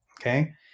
okay